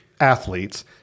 athletes